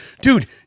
Dude